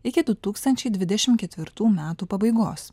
iki du tūkstančiai dvidešim ketvirtų metų pabaigos